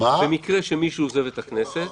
במקרה שמישהו עוזב את הכנסת,